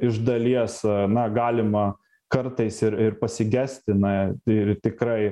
iš dalies na galima kartais ir ir pasigesti na ir tikrai